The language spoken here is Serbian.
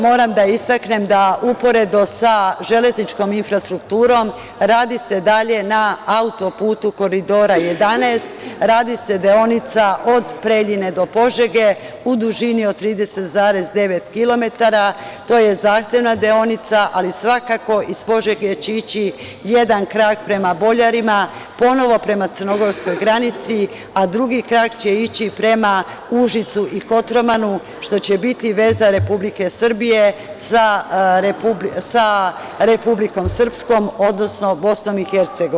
Moram da istaknem da uporedo sa železničkom infrastrukturom radi se dalje na auto-putu Koridora 11, radi se deonica od Preljine do Požege u dužini od 30,9km, to je zahtevna deonica ali svakako iz Požege će ići jedan krak prema Boljarima, ponovo prema crnogorskoj granici, a drugi krak će ići prema Užicu i Kotromanu, što će biti veza Republike Srbije sa Republikom Srpskom, odnosno Bosnom i Hercegovinom.